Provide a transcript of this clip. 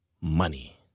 Money